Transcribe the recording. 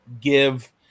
give